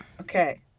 okay